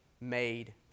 made